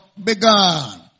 begun